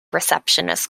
receptionist